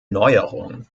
neuerung